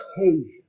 occasion